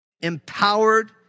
Empowered